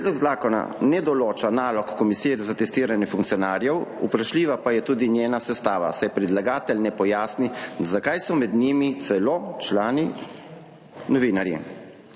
Predlog zakona ne določa nalog komisije za testiranje funkcionarjev, vprašljiva pa je tudi njena sestava, saj predlagatelj ne pojasni, zakaj so med njimi celo člani novinarji.